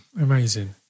Amazing